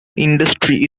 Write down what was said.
industry